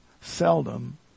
seldom